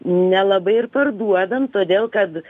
nelabai ir parduodam todėl kad